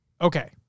okay